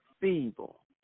feeble